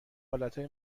حالتهای